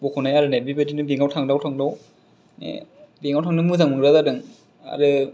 बख'नाय आरिनाय बेबादिनो बेंक आव थांदाव थांदाव बेंकाव थांनो मोजां मोनग्रा जादों आरो